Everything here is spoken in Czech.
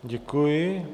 Děkuji.